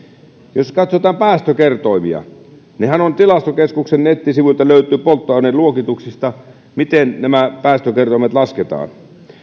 jos katsotaan päästökertoimia tilastokeskuksen nettisivuilta löytyy polttoaineluokituksista miten päästökertoimet lasketaan